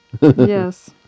Yes